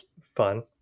fun